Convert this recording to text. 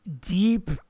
deep